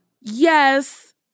Yes